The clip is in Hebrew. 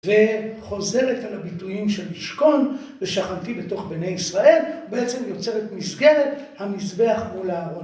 וחוזרת על הביטויים של נשכון ושכנתי בתוך בני ישראל, בעצם יוצרת מסגרת המזבח מול הארון.